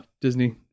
Disney